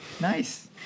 nice